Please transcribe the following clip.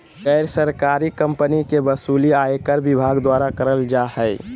गैर सरकारी कम्पनी के वसूली आयकर विभाग द्वारा करल जा हय